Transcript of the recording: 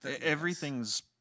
everything's